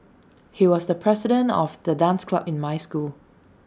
he was the president of the dance club in my school